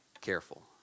careful